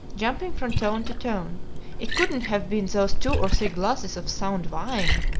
jumping from tone to tone it couldn't have been those two or three glasses of sound wine.